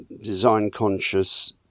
design-conscious